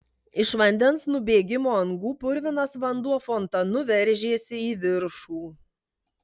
iš vandens nubėgimo angų purvinas vanduo fontanu veržėsi į viršų